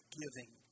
giving